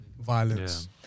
violence